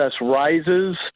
rises